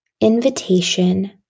invitation